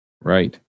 Right